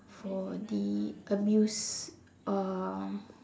for the abuse um